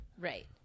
right